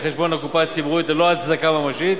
חשבון הקופה הציבורית ללא הצדקה ממשית,